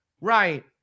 right